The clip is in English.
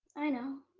i know,